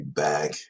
back